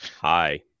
hi